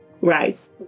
right